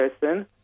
person